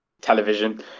television